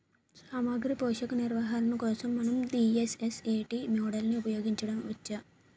సామాగ్రి పోషక నిర్వహణ కోసం మనం డి.ఎస్.ఎస్.ఎ.టీ మోడల్ని ఉపయోగించవచ్చా?